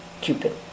Cupid